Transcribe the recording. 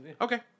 Okay